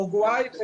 אורוגוואי,